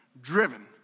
driven